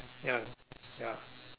ya ya